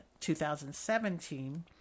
2017